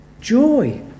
joy